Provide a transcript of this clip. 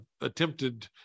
attempted